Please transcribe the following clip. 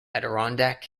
adirondack